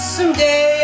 Someday